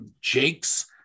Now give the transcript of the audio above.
Jake's